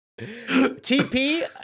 TP